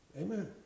Amen